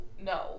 no